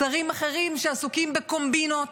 שרים אחרים עסוקים בקומבינות,